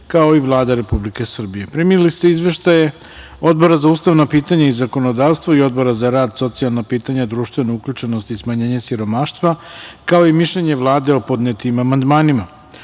kao i Vlada Republike Srbije. Primili ste izveštaje Odbora za ustavna pitanja i zakonodavstvo i Odbora za rad, socijalna pitanja, društvenu uključenost i smanjenja siromaštva, kao i mišljenje Vlade o podnetim amandmanima. Pošto